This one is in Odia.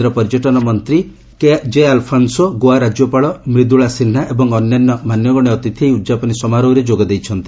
କେନ୍ଦ୍ର ପର୍ଯ୍ୟଟନ ମନ୍ତ୍ରୀ କେ ବେ ଆଲଫାନସୋ ଗୋଆ ରାଜ୍ୟପାଳ ମ୍ରିଦୁଳା ସିହ୍ନା ଏବଂ ଅନ୍ୟାନ୍ୟ ମାନ୍ୟଗଣ୍ୟ ଅତିଥି ଏହି ଉଦ୍ଯାପନୀ ସମାରୋହରେ ଯୋଗଦେଇଛନ୍ତି